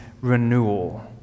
renewal